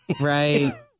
Right